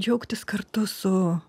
džiaugtis kartu su